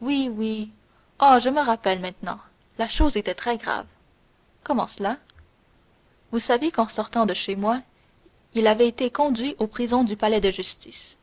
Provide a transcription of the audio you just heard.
oui oui oh je me rappelle maintenant la chose était très grave comment cela vous savez qu'en sortant de chez moi il avait été conduit aux prisons du palais de justice